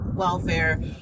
welfare